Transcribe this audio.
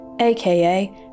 aka